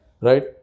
right